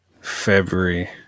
February